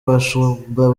bashumba